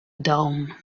dawn